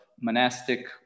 monastic